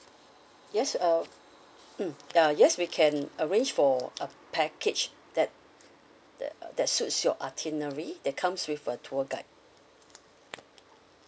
yes uh mm uh yes we can arrange for a package that that suits your itinerary that comes with a tour guide